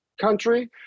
country